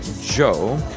Joe